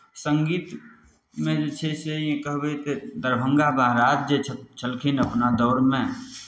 संगीत मे जे छै से ई कहबै तऽ दरभंगा महाराज जे छ छलखिन हुनक दौरमे